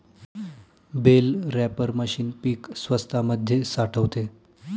bell wrapper machine पीक स्वतामध्ये साठवते